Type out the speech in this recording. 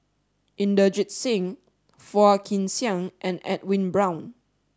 Inderjit Singh Phua Kin Siang and Edwin Brown